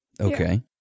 Okay